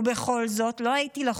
בכל זאת לא הייתי לחוץ.